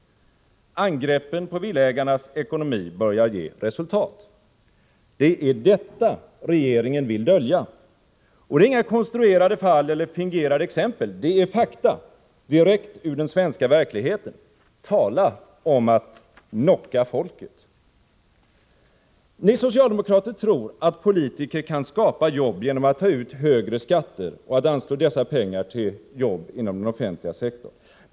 Angreppen på villaägarnas ekonomi börjar ge resultat. Det är detta som regeringen vill dölja. Men det handlar inte om några konstruerade fall eller fingerade exempel — det är fakta direkt ur den svenska verkligheten. Tala om att knocka folket! Ni socialdemokrater tror att politiker kan skapa jobb genom att ta ut högre skatter och anslå dessa pengar till jobb inom den offentliga sektorn.